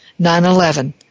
9-11